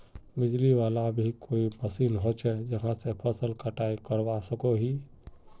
बिजली वाला भी कोई मशीन होचे जहा से फसल कटाई करवा सकोहो होबे?